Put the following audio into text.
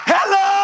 Hello